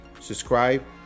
subscribe